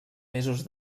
mesos